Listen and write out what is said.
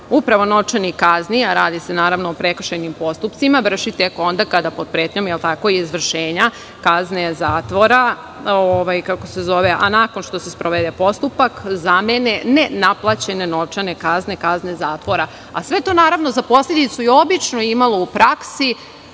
upravo novčanih kazni, a radi se naravno o prekršajnim postupcima, vrši tek onda kada pod pretnjom izvršenja, kazne zatvora, a nakon što se sprovede postupak zamene nenaplaćene novčane kazne, kazne zatvora, a sve to naravno za posledicu je obično imalo u praksi,